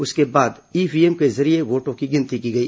इसके बाद ईव्हीएम के जरिये वोटों की गिनती की गई